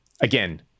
again